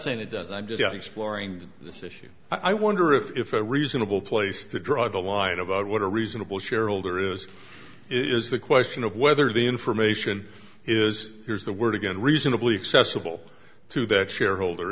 saying it does i'm just not exploring this issue i wonder if a reasonable place to draw the line about what a reasonable shareholder is is the question of whether the information is there is the word again reasonably successful to that shareholder